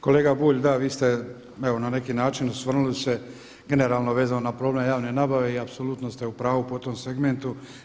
Kolega Bulj, da vi ste evo na neki način osvrnuli se generalno vezano na problem javne nabave i apsolutno ste u pravu po tom segmentu.